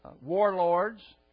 warlords